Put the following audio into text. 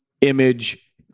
image